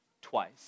twice